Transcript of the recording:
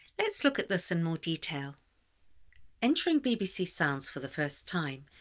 let's look at this in more detail entering bbc sounds for the first time,